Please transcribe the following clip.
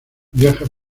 viaja